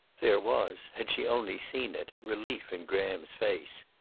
there was, had she only seen it, relief in graham's face.